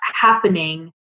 happening